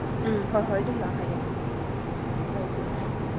ꯎꯝ ꯍꯣꯏ ꯍꯣꯏ ꯑꯗꯨꯝ ꯂꯥꯛꯑꯣ ꯍꯌꯦꯡ ꯎꯝ ꯑꯣꯀꯦ ꯑꯣꯀꯦ